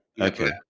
Okay